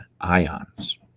ions